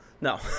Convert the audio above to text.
No